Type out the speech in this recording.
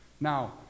Now